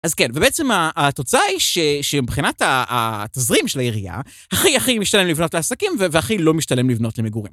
אז כן, ובעצם התוצאה היא שמבחינת התזרים של היריעה, הכי הכי משתלם לבנות לעסקים והכי לא משתלם לבנות למיגורים.